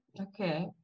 Okay